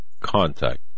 Contact